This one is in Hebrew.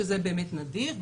שזה באמת נדיר,